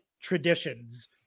traditions